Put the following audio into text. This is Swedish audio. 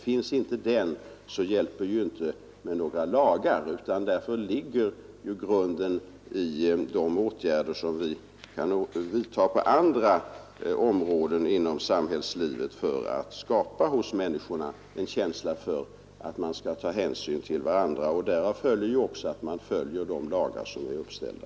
Finns inte den hjälper det inte med några lagar, och därför ligger grunden i de åtgärder som vi kan vidta på andra områden inom samhällslivet för att skapa hos människorna en känsla för att ta hänsyn till varandra. Därav följer också att man efterlever de lagar som är uppställda.